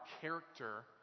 character